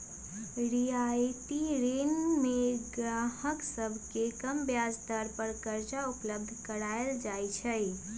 रियायती ऋण में गाहक सभके कम ब्याज दर पर करजा उपलब्ध कराएल जाइ छै